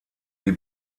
die